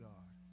God